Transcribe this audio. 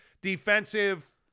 defensive